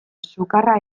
sukarra